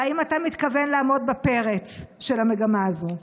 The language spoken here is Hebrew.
ואם אתה מתכוון לעמוד בפרץ של המגמה הזו.